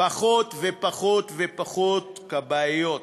פחות ופחות ופחות כבאיות.